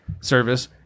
service